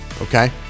Okay